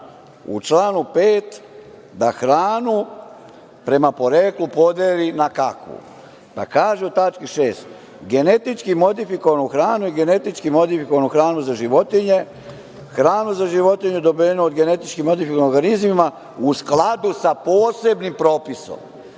u članu 5. - da hranu prema poreklu podeli na kakvu? Pa kaže u tački 6. - genetički modifikovanu hranu i genetički modifikovanu hranu za životinje, hranu za životinje dobiju od GMO u skladu sa posebnim propisom.